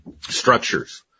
structures